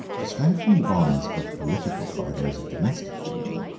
to strengthen the bonds of political, by those of domestic, union,